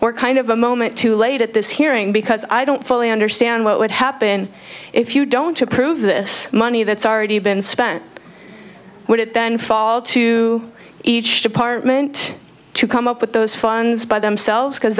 we're kind of a moment too late at this hearing because i don't fully understand what would happen if you don't approve this money that's already been spent would it then fall to each department to come up with those funds by themselves because